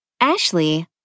Ashley